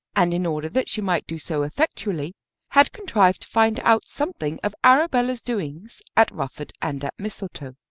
and in order that she might do so effectually had contrived to find out something of arabella's doings at rufford and at mistletoe.